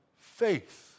faith